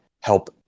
help